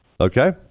okay